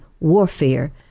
warfare